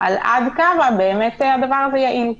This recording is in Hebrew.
עד כמה הדבר הזה באמת יעיל.